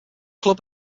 club